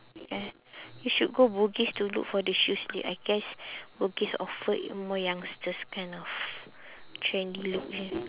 kan you should go bugis to look for the shoes I guess bugis offer more youngsters kind of trendy look